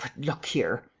look here,